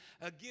again